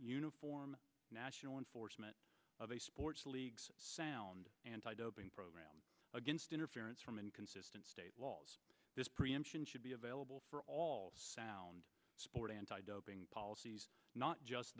uniform national enforcement of a sports leagues sound anti doping program against interference from inconsistent state laws this preemption should be available for all sound sport anti doping policies not just